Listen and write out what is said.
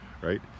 right